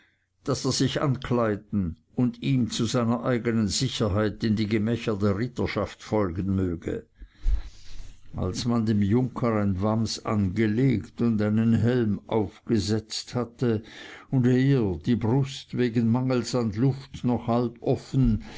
daß er sich ankleiden und ihm zu seiner eigenen sicherheit in die gemächer der ritterhaft folgen möchte als man dem junker ein wams angelegt und einen helm aufgesetzt hatte und er die brust wegen mangels an luft noch halb offen